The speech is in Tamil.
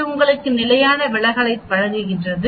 இது உங்களுக்கு நிலையான விலகலை வழங்குகிறது